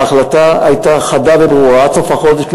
ההחלטה הייתה חדה וברורה: עד סוף החודש,